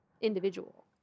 individual